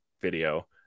video